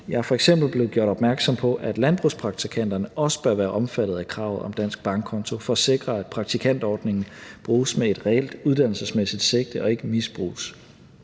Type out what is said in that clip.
Jeg er f.eks. blevet gjort opmærksom på, at landbrugspraktikanterne også bør være omfattet af kravet om en dansk bankkonto for at sikre, at praktikantordningen bruges med et reelt uddannelsesmæssigt sigte og ikke misbruges.